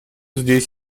здесь